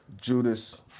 Judas